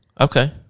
Okay